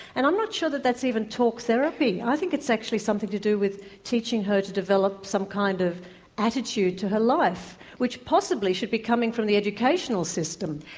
and i'm not sure that that's even talk therapy, i think it's actually something to do with teaching her to develop some kind of attitude to her life which possibly should be coming from the educational system.